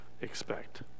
expect